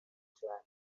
climate